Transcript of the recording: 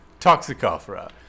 Toxicophora